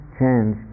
change